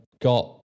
got